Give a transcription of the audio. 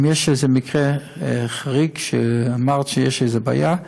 אם יש איזה מקרה חריג, אמרת שיש איזו בעיה,